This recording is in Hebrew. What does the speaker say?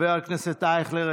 חבר הכנסת אייכלר,